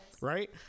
right